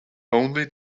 only